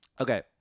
Okay